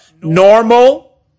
normal